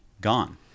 gone